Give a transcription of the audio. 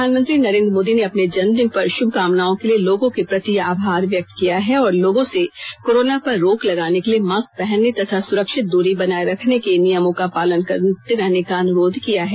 प्रधानमंत्री नरेन्द्र मोदी ने अपने जन्मदिन पर शुभकामनाओं के लिए लोगों के प्रति आभार व्यक्त किया है और लोगों से कोरोना पर रोक लगाने के लिए मास्क पहनने तथा सुरक्षित दूरी बनाए रखने के नियमों का पालन करते रहने का अनुरोध किया है